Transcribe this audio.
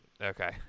Okay